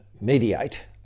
mediate